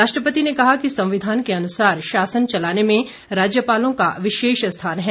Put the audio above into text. राष्ट्रपति ने कहा कि संविधान के अनुसार शासन चलाने में राज्यपालों का विशेष स्थान है